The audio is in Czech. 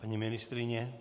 Paní ministryně?